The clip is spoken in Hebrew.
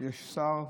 יש שר?